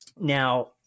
Now